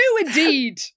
indeed